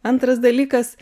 antras dalykas